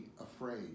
afraid